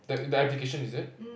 the the application is it